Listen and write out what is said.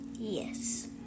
Yes